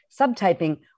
subtyping